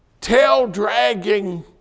tail-dragging